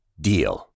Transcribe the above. DEAL